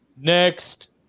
next